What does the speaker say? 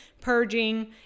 purging